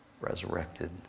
resurrected